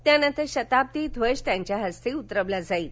त्यानंतर शताब्दी ध्वज त्यांच्या हस्ते उतरवला जाईल